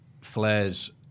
Flares